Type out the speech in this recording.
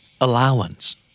allowance